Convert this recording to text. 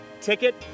Ticket